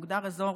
מוגדר אזור